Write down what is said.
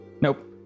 nope